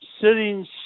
sitting